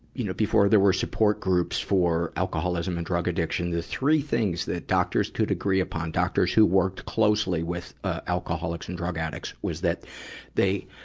you know, before there were support groups for alcoholism and drug addiction, the three things that doctors could agree upon, doctors who worked closely with, ah, alcoholics and drug addicts, was that they,